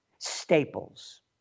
Staples